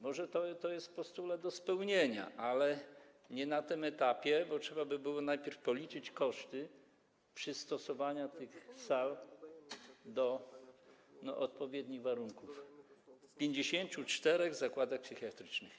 Może to jest postulat do spełnienia, ale nie na tym etapie, bo trzeba by było najpierw policzyć koszty przystosowania tych sal do odpowiednich warunków w 54 zakładach psychiatrycznych.